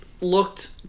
looked